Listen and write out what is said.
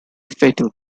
fatal